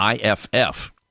IFF